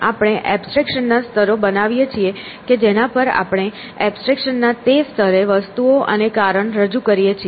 આપણે એબ્સ્ટ્રેક્શન્સ ના સ્તરો બનાવીએ છીએ કે જેના પર આપણે એબ્સ્ટ્રેક્શન્સ ના તે સ્તરે વસ્તુઓ અને કારણ રજૂ કરીએ છીએ